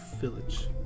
village